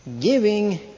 Giving